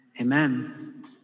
amen